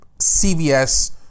CVS